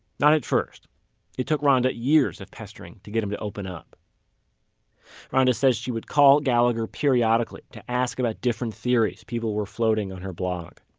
not at first it took ronda years of pestering to get him to open up ronda says she would call gallagher periodically to ask about different theories people were floating on her blog.